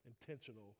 intentional